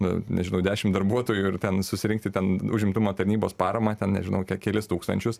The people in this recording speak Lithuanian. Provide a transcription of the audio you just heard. nu nežinau dešim darbuotojų ir ten susirinkti ten užimtumo tarnybos paramą ten nežinau ke kelis tūkstančius